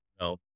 No